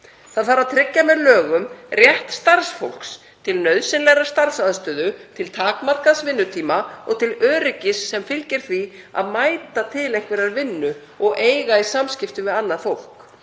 Það þarf að tryggja með lögum rétt starfsfólks til nauðsynlegrar starfsaðstöðu, til takmarkaðs vinnutíma og til öryggis sem fylgir því að mæta til einhverrar vinnu og eiga í samskiptum við annað fólk.